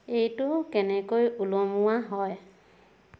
এইটো কেনেকৈ ওলমোৱা হয়